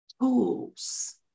tools